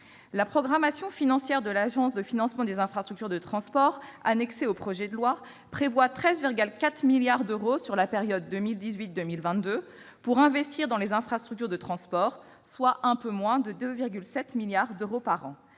La programmation financière de l'Afitf, annexée à ce projet de loi, prévoit 13,4 milliards d'euros sur la période 2018-2022 pour investir dans les infrastructures de transport, soit un peu moins de 2,7 milliards d'euros par an.